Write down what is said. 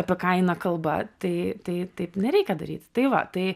apie ką eina kalba tai tai taip nereikia daryt tai va tai